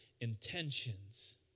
intentions